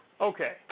Okay